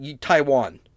Taiwan